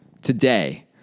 Today